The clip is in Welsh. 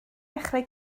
dechrau